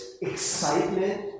excitement